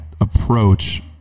approach